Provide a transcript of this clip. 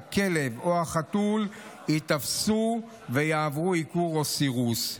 הכלב או החתול ייתפסו ויעברו עיקור או סירוס.